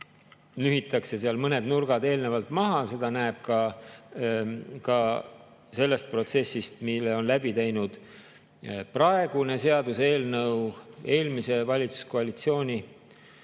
nühitakse seal mõned nurgad eelnevalt maha. Seda näeb ka sellest protsessist, mille on läbi teinud praegune seaduseelnõu eelmise valitsuskoalitsiooni